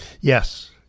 Yes